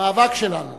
המאבק שלנו